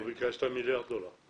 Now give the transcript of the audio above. אבל ביקשת מיליארד דולר.